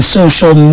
social